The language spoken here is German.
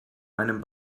meinem